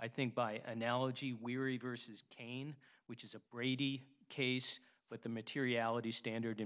i think by analogy weary versus cane which is a brady case but the materiality standard